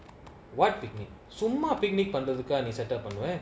what picnic some picnic under the car is set up on where